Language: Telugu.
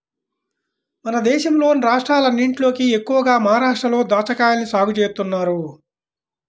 మన దేశంలోని రాష్ట్రాలన్నటిలోకి ఎక్కువగా మహరాష్ట్రలో దాచ్చాకాయల్ని సాగు చేత్తన్నారు